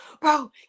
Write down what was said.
Bro